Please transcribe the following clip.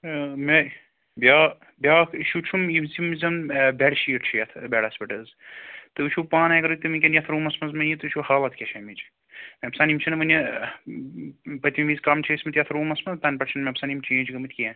ٲں مےٚ بیٛاکھ بیٛاکھ اِشوٗ چھُم یِم یِم زن بیٚڈ شیٖٹ چھِ یَتھ بیٚڈَس پٮ۪ٹھ حظ تُہۍ وُچھو پانَے اگرٔے تُہۍ وُنکیٚس یَتھ روٗمس منٛز مےٚ یِیُو تُہۍ وُچھو حالت کیٛاہ چھِ اَمِچ مےٚ باسان یِم چھِنہٕ وُنہِ ٲں پٔتمہِ وِزِ کَم چھِ ٲسمِتۍ یَتھ روٗمس منٛز تنہٕ پٮ۪ٹھ چھُنہٕ مےٚ باسان یِم چینٛج گٔمٕتۍ کیٚنٛہہ